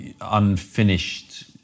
unfinished